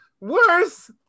Worse